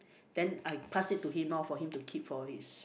then I pass it to him loh for him to keep for his